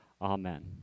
Amen